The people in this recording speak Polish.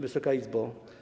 Wysoka Izbo!